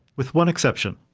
with one exception.